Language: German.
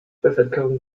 bevölkerung